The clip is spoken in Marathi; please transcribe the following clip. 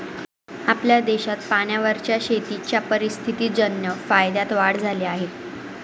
आपल्या देशात पाण्यावरच्या शेतीच्या परिस्थितीजन्य फायद्यात वाढ झाली आहे